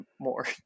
more